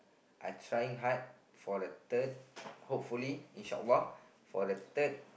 are trying hard for a third hopefully in short while for a third